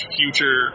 future